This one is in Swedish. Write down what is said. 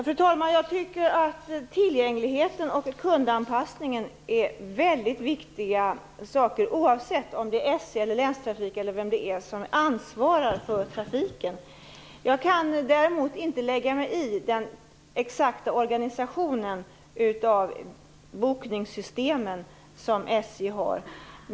Fru talman! Jag tycker att tillgängligheten och kundanpassningen är mycket viktiga saker oavsett om det är SJ eller länstrafiken som ansvarar för trafiken. Jag kan däremot inte lägga mig i den exakta organisationen av de bokningssystem som SJ har.